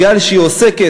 מכיוון שהיא עוסקת